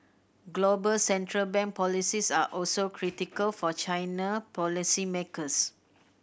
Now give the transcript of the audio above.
global central bank policies are also critical for China policy makers